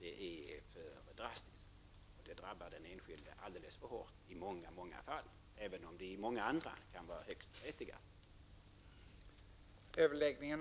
Det drabbar i många fall den enskilde alldeles för hårt, även om indragningen i andra fall kan vara högst berättigad.